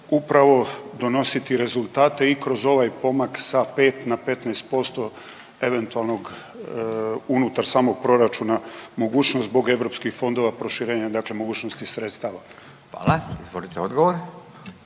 upravo donositi rezultate i kroz ovaj pomak sa 5 na 15% eventualnog unutar samog proračuna mogućnost zbog europskih fondova proširenja, dakle mogućnosti sredstava. **Radin, Furio